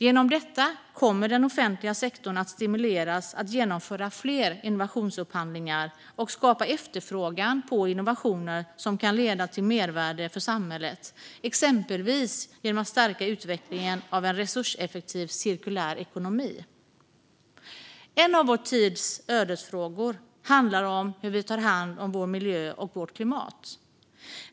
Genom detta kommer den offentliga sektorn att stimuleras att genomföra fler innovationsupphandlingar och skapa efterfrågan på innovationer som kan leda till mervärde för samhället, exempelvis genom att stärka utvecklingen av en resurseffektiv cirkulär ekonomi. En av vår tids ödesfrågor handlar om hur vi tar hand om vår miljö och vårt klimat.